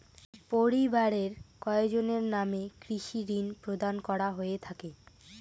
পরিবারের কয়জনের নামে কৃষি ঋণ প্রদান করা হয়ে থাকে?